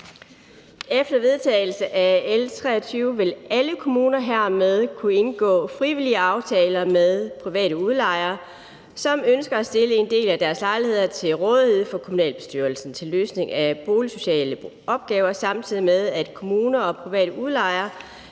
Efter vedtagelse af L 23 vil alle kommuner hermed kunne indgå frivillige aftaler med private udlejere, som ønsker at stille en del af deres lejligheder til rådighed for kommunalbestyrelsen til løsning af boligsociale opgaver, samtidig med at kommuner og private udlejere